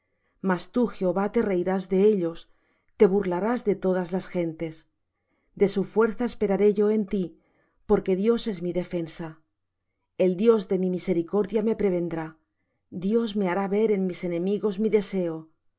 mas tú jehová te reirás de ellos te burlarás de todas las gentes de su fuerza esperaré yo en ti porque dios es mi defensa el dios de mi misericordia me prevendrá dios me hará ver en mis enemigos mi deseo